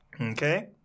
Okay